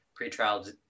pretrial